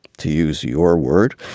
to use your word.